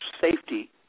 safety